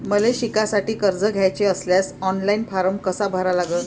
मले शिकासाठी कर्ज घ्याचे असल्यास ऑनलाईन फारम कसा भरा लागन?